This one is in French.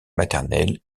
maternelle